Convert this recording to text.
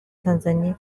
tanzania